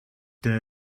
der